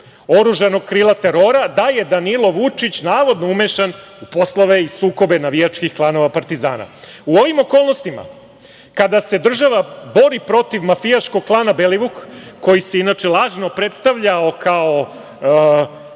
oružanog krila terora, da je Danilo Vučić navodno umešan u poslove i sukobe navijačkih klanova Partizana.U ovim okolnostima kada se država bori protiv mafijaškog klana Belivuk, koji se inače lažno predstavljao kao